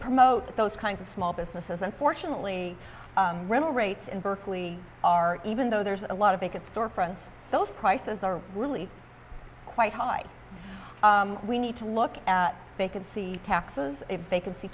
promote those kinds of small businesses unfortunately rental rates in berkeley are even though there's a lot of vacant storefronts those prices are really quite high we need to look at they can see taxes if they can see